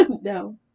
No